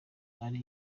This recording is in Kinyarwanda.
ari